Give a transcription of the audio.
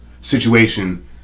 situation